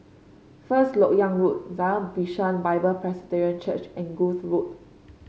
First LoK Yang Road Zion Bishan Bible Presbyterian Church and Kloof Road